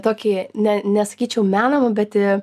tokį ne nesakyčiau menamą bet